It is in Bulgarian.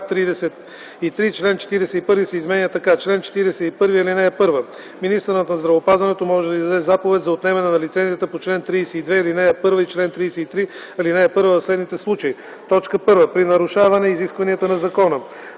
33. Член 41 се изменя така: „Чл. 41. (1) Министърът на здравеопазването може да издаде заповед за отнемане на лицензията по чл. 32, ал. 1 и чл. 33, ал. 1 в следните случаи: 1. при нарушаване изискванията на закона;